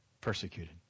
persecuted